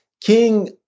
King